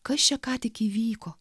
kas čia ką tik įvyko